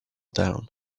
down